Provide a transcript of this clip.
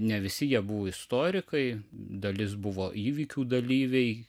ne visi jie buvo istorikai dalis buvo įvykių dalyviai